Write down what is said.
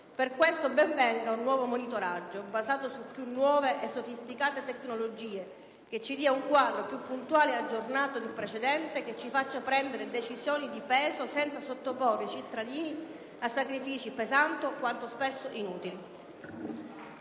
Per questo, ben venga un nuovo monitoraggio, basato su più nuove e sofisticate tecnologie, che ci dia un quadro più puntuale e aggiornato del precedente e che ci faccia prendere decisioni di peso senza sottoporre i cittadini a sacrifici pesanti quanto spesso inutili.